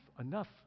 enough